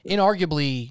Inarguably